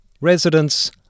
residents